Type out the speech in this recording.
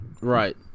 Right